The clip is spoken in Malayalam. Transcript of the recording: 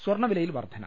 സ്വർണ വിലയിൽ വർധന